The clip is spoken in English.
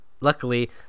Luckily